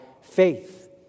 faith